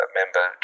member